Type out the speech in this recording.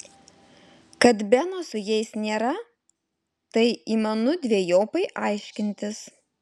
kad beno su jais nėra tai įmanu dvejopai aiškintis